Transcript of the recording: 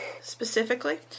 specifically